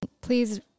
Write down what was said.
please